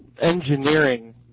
engineering